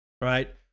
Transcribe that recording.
right